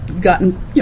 gotten